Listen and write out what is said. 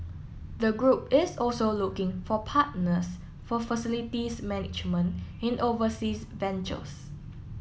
the group is also looking for partners for facilities management in overseas ventures